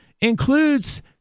includes